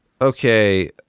Okay